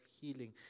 healing